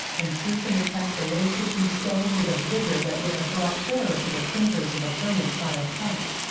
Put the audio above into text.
and susan attacked the little kitchen stove with a vigor that would have brought terror to the clinkers of a furnace fire pot.